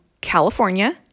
California